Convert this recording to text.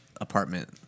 apartment